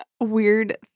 weird